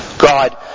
God